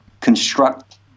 construct